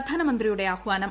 പ്രധാനമന്ത്രിയുടെ ആഹ്വാനം